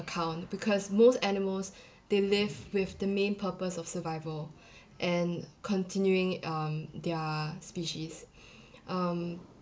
account because most animals they live with the main purpose of survival and continuing um their species um